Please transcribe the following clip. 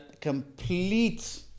complete